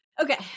Okay